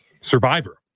survivor